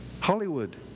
Hollywood